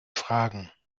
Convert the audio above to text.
fragen